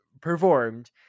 performed